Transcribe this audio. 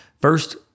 first